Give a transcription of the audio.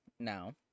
Now